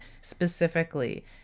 specifically